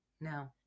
No